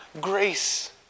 Grace